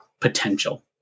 potential